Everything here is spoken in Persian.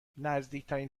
نزدیکترین